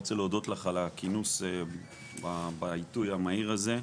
אני רוצה קודם כל להודות לך על הכינוס בעיתוי המהיר הזה.